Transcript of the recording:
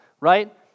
right